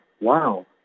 wow